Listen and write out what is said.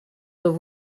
have